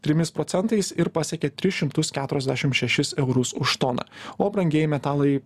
trimis procentais ir pasiekė tris šimtus keturiasdešim šešis eurus už toną o brangieji metalai